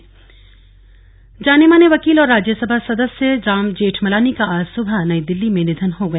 जेठमलानी निधन जाने माने वकील और राज्यसभा सदस्य राम जेठमलानी का आज सुबह नई दिल्ली में निधन हो गया